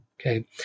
Okay